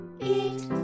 eat